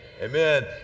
Amen